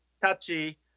touchy